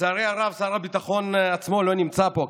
לצערי הרב שר הביטחון עצמו לא נמצא פה,